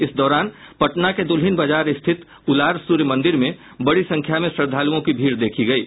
इस दौरान पटना के दुल्हिन बाजार स्थित उलार सूर्य मंदिर में बड़ी संख्या में श्रद्धालुओं की भीड़ देखी गयी